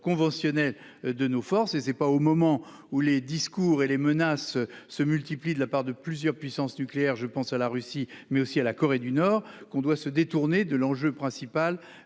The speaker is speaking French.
conventionnelle de nos forces. Ce n'est pas au moment où les discours menaçants se multiplient de la part de plusieurs puissances nucléaires, comme la Russie ou la Corée du Nord, qu'il faut se détourner de l'enjeu principal